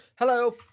Hello